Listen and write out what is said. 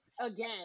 again